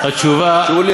שולי,